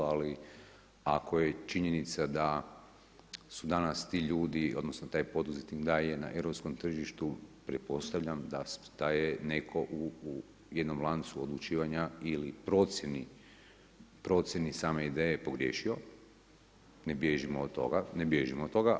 Ali ako je činjenica da su danas ti ljudi, odnosno taj poduzetnik daje na europskom tržištu, pretpostavljam da je netko u jednom lancu odlučivanja ili procjeni same ideje pogriješio, ne bježimo od toga, ne bježimo od toga.